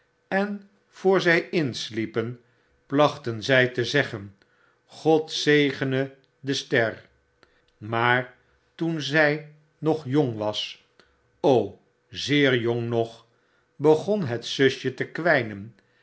en voor zij insliepen plachten zij te zeggen god zegene de ster maar toen zij nog jong was zeer jong nog begon het zusje te kwijnen